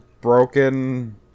broken